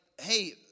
hey